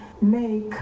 make